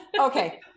Okay